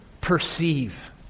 perceive